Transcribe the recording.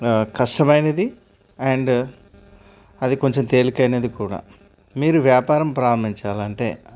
కష్టమైనది అండ్ అది కొంచెం తేలికైనది కూడా మీరు వ్యాపారం ప్రారంభించాలంటే